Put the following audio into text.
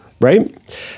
Right